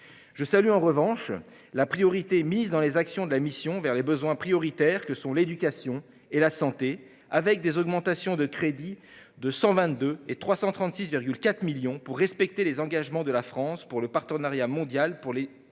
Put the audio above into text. Je salue, en revanche, la priorité accordée, dans les actions de la mission, aux besoins prioritaires que sont l'éducation et la santé, avec des augmentations de crédits de 122 millions et 336,4 millions d'euros destinées à respecter les engagements de la France pour le partenariat mondial pour